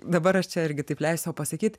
dabar aš čia irgi taip leisiu sau pasakyt